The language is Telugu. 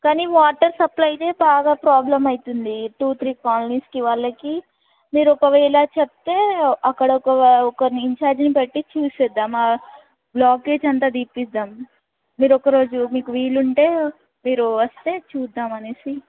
కానీ వాటర్ సప్లైనేే బాగా ప్రాబ్లమ్ అవుతోంది టూ త్రీ కాలనీస్కి వాళ్ళకి మీరు ఒకవేళ చెప్తే అక్కడ ఒక ఒక ఇంచార్జ్ని పెట్టి చూసేద్దాం ఆ బ్లాకేజ్ అంతా తియ్యిదాం మీరు ఒక రోజు మీకు వీలుంటే మీరు వస్తే చూద్దాంమనేసి